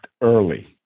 early